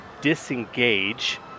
disengage